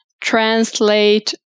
translate